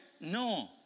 No